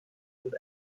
und